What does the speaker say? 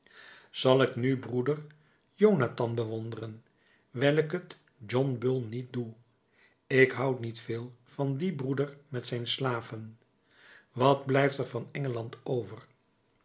zal ik nu broeder jonathan bewonderen wijl ik het john bull niet doe ik houd niet veel van dien broeder met zijn slaven wat blijft er van engeland over